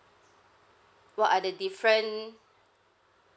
what are the different